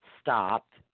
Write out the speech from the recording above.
stopped